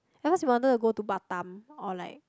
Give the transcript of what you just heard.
at first we wanted to go to Batam or like